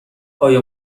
آیا